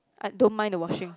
I don't mind the washing